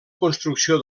construcció